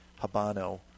habano